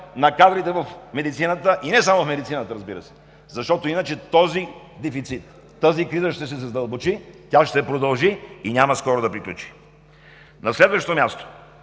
на кадрите в медицината, и не само в медицината, разбира се, защото иначе този дефицит, тази криза ще се задълбочи, ще продължи и няма скоро да приключи. На следващо място